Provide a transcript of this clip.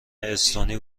استونی